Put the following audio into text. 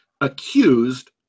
accused